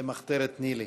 למחתרת ניל"י,